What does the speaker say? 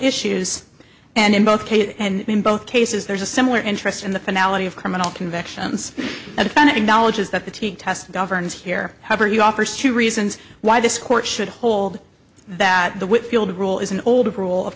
issues and in both cases and in both cases there's a similar interest in the finale of criminal convictions a kind of acknowledges that the t test governs here however he offers two reasons why this court should hold that the whitfield rule is an old rule of